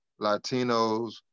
Latinos